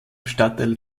stadtteil